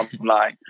online